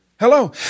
Hello